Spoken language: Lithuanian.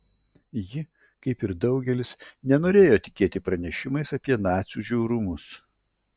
ji kaip ir daugelis nenorėjo tikėti pranešimais apie nacių žiaurumus